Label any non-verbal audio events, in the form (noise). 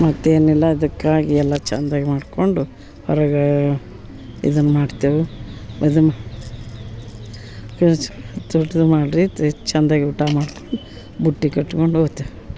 ಮತ್ತೇನಿಲ್ಲ ಅದಕ್ಕಾಗಿ ಎಲ್ಲ ಚಂದಾಗಿ ಮಾಡಿಕೊಂಡು ಹೊರಗೆ ಇದನ್ನು ಮಾಡ್ತೇವೆ ಇದು (unintelligible) ಚಂದಾಗಿ ಊಟ ಮಾಡ್ಕೊಂಡು ಬುಟ್ಟಿ ಕಟ್ಕೊಂದು ಹೋಗ್ತೇವು